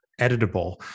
editable